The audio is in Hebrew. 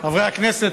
חברי הכנסת,